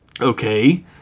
Okay